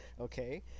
okay